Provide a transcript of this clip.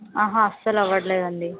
ఆహా అసలు అవ్వట్లేదండి